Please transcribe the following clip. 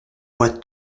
voix